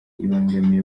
ibangamiye